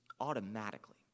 automatically